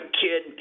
kid